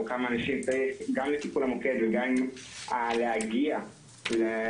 או כמה אנשים הם גם לטיפול המוקד וגם העניין של להגיע --- אביה,